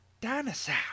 Dinosaur